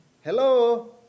hello